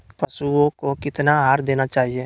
पशुओं को कितना आहार देना चाहि?